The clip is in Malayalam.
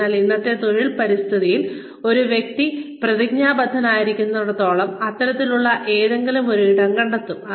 അതിനാൽ ഇന്നത്തെ തൊഴിൽ പരിതസ്ഥിതിയിൽ ഒരു വ്യക്തി പ്രതിജ്ഞാബദ്ധനായിരിക്കുന്നിടത്തോളം അത്തരത്തിലുള്ള എന്തെങ്കിലും ഒരു ഇടം കണ്ടെത്തും